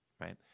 right